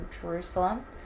Jerusalem